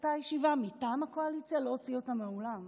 אותה ישיבה מטעם הקואליציה לא הוציא אותה מהאולם.